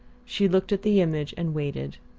she looked at the image and waited.